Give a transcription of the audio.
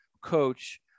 coach